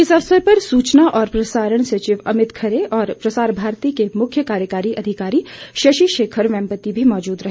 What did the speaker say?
इस अवसर पर सुचना और प्रसारण सचिव अमित खरे और प्रसार भारती के मुख्य कार्यकारी अधिकारी शशि शेखर वेम्पति भी मौजूद रहे